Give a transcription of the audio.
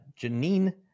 Janine